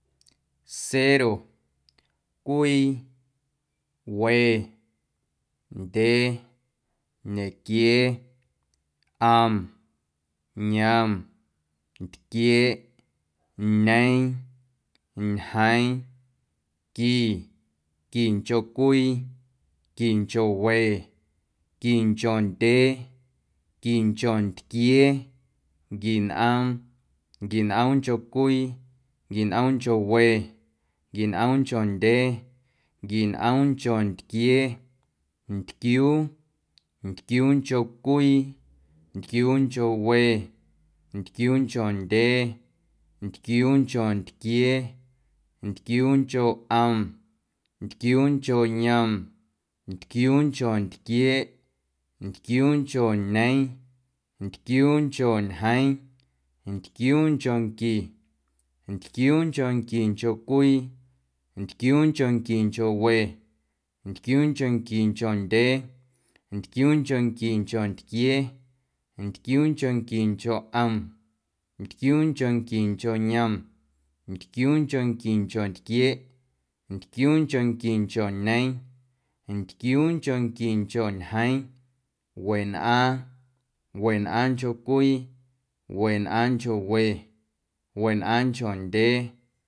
Cero, cwii, we, ndyee, ñequiee, ꞌom, yom, ntquieeꞌ, ñeeⁿ, ñjeeⁿ, qui, quinchoꞌcwii, quinchoꞌwe, quinchoꞌndyee, quinchoꞌ ntquiee, nquinꞌoom, nquinꞌoomncho cwii, nquinꞌoomncho we, nquinꞌoomncho ndyee, nquinꞌoomncho ntquiee, ntquiuu, ntquiuuncho cwii, ntquiuuncho we, ntquiuuncho ndyee, ntquiuuncho ntquiee, ntquiuuncho ꞌom, ntquiuuncho yom, ntquiuuncho ntquieeꞌ, ntquiuuncho ñeeⁿ, ntquiuuncho ñjeeⁿ, ntquiuunchonqui, ntquiuunchonquincho cwii, ntquiuunchonquincho we, ntquiuunchonquincho ndyee, ntquiuunchonquincho ntquiee, ntquiuunchonquincho ꞌom, ntquiuunchonquincho yom, ntquiuunchonquincho ntquieeꞌ, ntquiuunchonquincho ñeeⁿ, ntquiuunchonquincho ñjeeⁿ, wenꞌaaⁿ, wenꞌaaⁿncho cwii, wenꞌaaⁿncho we, wenꞌaaⁿncho ndyee.